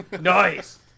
nice